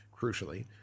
crucially